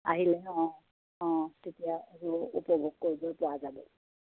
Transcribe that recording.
আহিলে অঁ অঁ তেতিয়া উপভোগ কৰিব পোৱা যাব